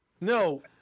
No